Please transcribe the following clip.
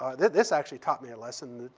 ah this this actually taught me a lesson.